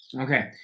Okay